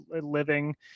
living